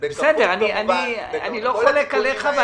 אני לא חולק עליך.